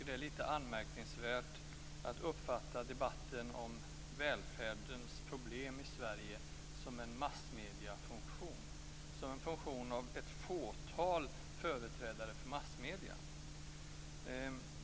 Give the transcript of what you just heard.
Det är lite anmärkningsvärt att uppfatta debatten om välfärdens problem i Sverige som en massmediefunktion, dvs. som en funktion av ett fåtal företrädare för massmedierna.